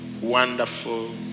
wonderful